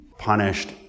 punished